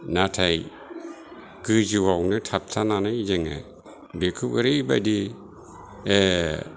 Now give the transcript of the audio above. नाथाय गोजौआवनो थाबथानानै जोङो बेखौ ओरैबायदि